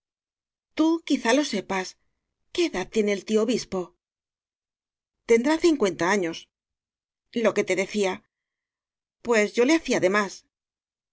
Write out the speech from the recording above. tú quizá lo sepas qué edad tiene el tío obispo tendrá cincuenta años lo que te decía pues yo le hacía